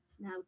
Now